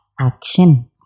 action